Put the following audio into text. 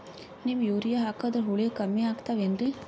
Neem urea ಹಾಕದ್ರ ಹುಳ ಕಮ್ಮಿ ಆಗತಾವೇನರಿ?